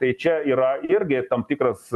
tai čia yra irgi tam tikras